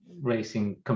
racing